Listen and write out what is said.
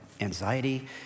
anxiety